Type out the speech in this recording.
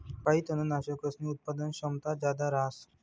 काही तननाशकसनी उत्पादन क्षमता जादा रहास